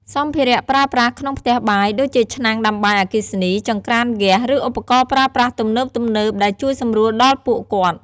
សម្ភារៈប្រើប្រាស់ក្នុងផ្ទះបាយ ដូចជាឆ្នាំងដាំបាយអគ្គិសនី ចង្ក្រានហ្គាស ឬឧបករណ៍ប្រើប្រាស់ទំនើបៗដែលជួយសម្រួលដល់ពួកគាត់។